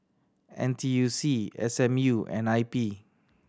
N T U C S M U and I P